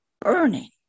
burning